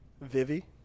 Vivi